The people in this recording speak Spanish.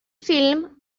film